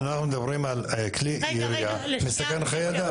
אנחנו מדברים על כלי ירייה שמסכן חיי אדם.